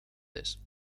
this